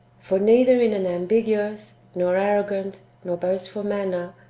for neither in an ambiguous, nor arrogant, nor boastful manner,